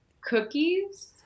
Cookies